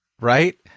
right